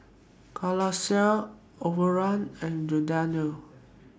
Calacara Overrun and Giordano